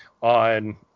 on